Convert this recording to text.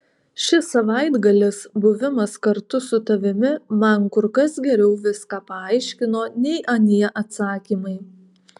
šis savaitgalis buvimas kartu su tavimi man kur kas geriau viską paaiškino nei anie atsakymai